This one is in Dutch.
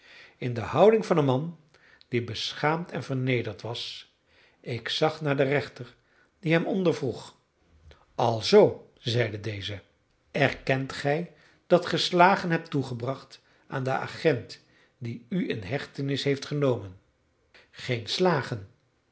in de houding van een man die beschaamd en vernederd was ik zag naar den rechter die hem ondervroeg alzoo zeide deze erkent gij dat ge slagen hebt toegebracht aan den agent die u in hechtenis heeft genomen geen slagen